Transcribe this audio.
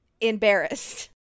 embarrassed